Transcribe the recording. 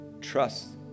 trust